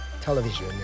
television